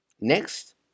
Next